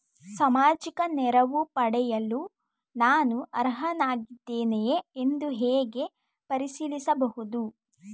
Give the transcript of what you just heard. ಸಾಮಾಜಿಕ ನೆರವು ಪಡೆಯಲು ನಾನು ಅರ್ಹನಾಗಿದ್ದೇನೆಯೇ ಎಂದು ಹೇಗೆ ಪರಿಶೀಲಿಸಬಹುದು?